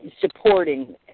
supporting